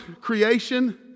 creation